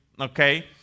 Okay